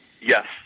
Yes